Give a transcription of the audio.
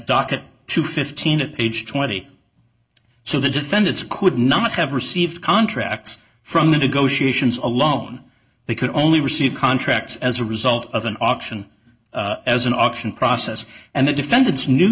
docket to fifteen at age twenty so the defendants could not have received contracts from the negotiations alone they could only receive contracts as a result of an auction as an auction process and the defendants knew